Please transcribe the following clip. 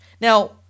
Now